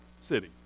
city